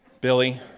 Billy